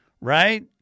Right